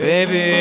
Baby